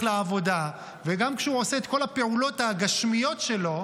לעבודה וגם כשהוא עושה את כל הפעולות הגשמיות שלו,